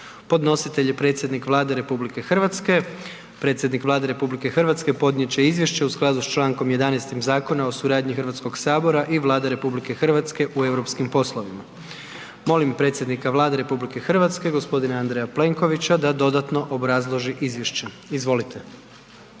Podnositelj je predsjednik Vlade RH. Predsjednik Vlade RH podnijet će izvješće u skladu s Člankom 11. Zakona o suradnji Hrvatskog sabora i Vlade RH u europskim poslovima. Molim predsjednika Vlade RH, gospodina Andreja Plenkovića da dodatno obrazloži izvješća. Izvolite.